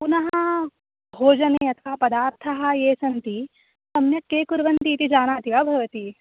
पुनः भोजने यः पदार्थः ये सन्ति सम्यक् के कुर्वन्ति इति जानाति वा भवती